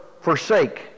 forsake